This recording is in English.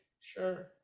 sure